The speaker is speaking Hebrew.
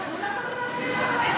שנייה.